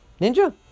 Ninja